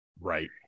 Right